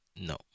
No